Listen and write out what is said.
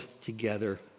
together